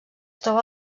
troba